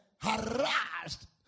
harassed